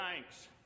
thanks